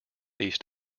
east